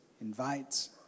invites